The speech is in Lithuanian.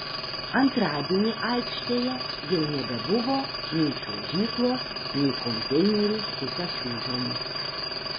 antradienį aikštėje jau nebebuvo nei čiuožyklos nei konteinerių su pačiūžomis